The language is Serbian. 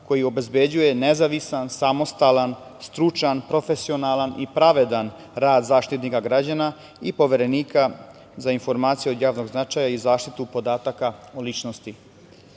koji obezbeđuje nezavistan, samostalan, stručan, profesionalan i pravedan rad Zaštitnika građana i Poverenika za informacije od javnog značaja i zaštitu podataka o ličnosti. Nema